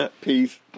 Peace